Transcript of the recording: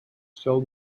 still